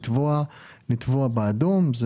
לתבוע באדום.